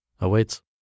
awaits